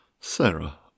Sarah